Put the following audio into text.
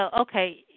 okay